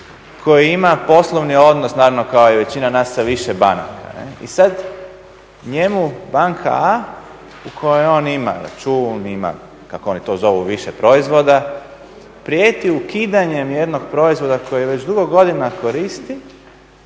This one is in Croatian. koji ima poslovni odnos naravno kao i većina nas sa više banaka. I sad njemu banka a) u kojoj on ima račun, ima kako oni to zovu više proizvoda prijeti ukidanjem jednog proizvoda koji već dugo godina koristi